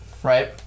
Right